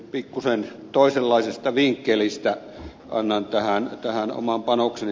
pikkuisen toisenlaisesta vinkkelistä annan tähän keskusteluun oman panokseni